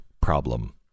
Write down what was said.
problem